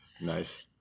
nice